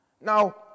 Now